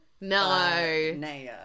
No